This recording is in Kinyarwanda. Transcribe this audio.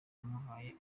yamuhaye